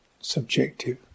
subjective